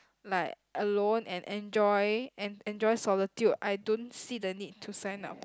like alone and enjoy and enjoy solitude I don't see the need to sign up